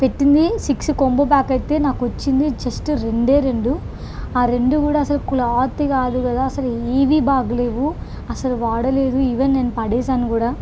పెట్టింది six combo pack అయితే నాకొచ్చింది జస్ట్ రెండే రెండు ఆ రెండు కూడా అసలు క్లాత్ కాదు కదా అసలు ఏవీ బాగలేవు అసలు వాడలేదు ఈవెన్ నేను పడేసాను కూడా